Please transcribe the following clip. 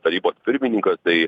tarybos pirmininkas tai